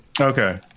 Okay